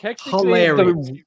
Hilarious